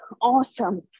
awesome